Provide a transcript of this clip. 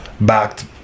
backed